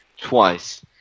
twice